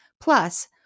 Plus